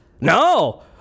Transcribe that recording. No